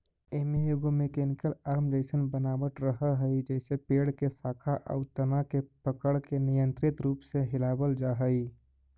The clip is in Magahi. एमे एगो मेकेनिकल आर्म जइसन बनावट रहऽ हई जेसे पेड़ के शाखा आउ तना के पकड़के नियन्त्रित रूप से हिलावल जा हई